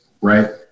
right